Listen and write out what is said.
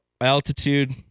altitude